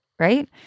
Right